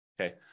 Okay